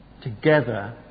Together